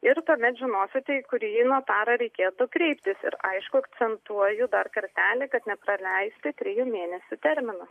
ir tuomet žinosite į kurį notarą reikėtų kreiptis ir aišku akcentuoju dar kartelį kad nepraleisti trijų mėnesių termino